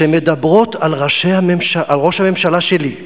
כשהן מדברות על ראש הממשלה שלי,